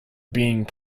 being